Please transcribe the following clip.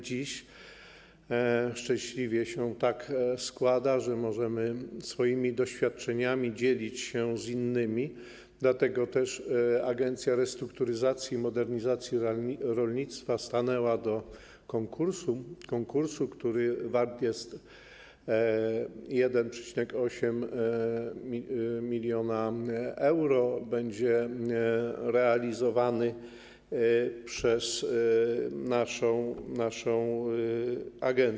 Dziś szczęśliwie się tak składa, że możemy swoimi doświadczeniami dzielić się z innymi, dlatego też Agencja Restrukturyzacji i Modernizacji Rolnictwa stanęła do konkursu, który wart jest 1,8 mln euro i będzie realizowany przez naszą agencję.